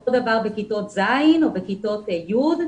אותו דבר בכיתות ז' ובכיתות י'.